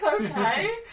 Okay